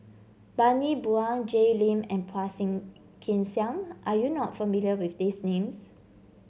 Bani Buang Jay Lim and Phua Thing Kin Siang are you not familiar with these names